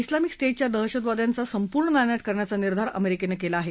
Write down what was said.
उलामिक स्टेटच्या दहशतवाद्यांचा संपूर्ण नायनाट करण्याचा निर्धार अमेरिकेनं केला आहे